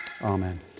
Amen